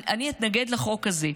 אני אתנגד לחוק הזה.